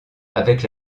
avec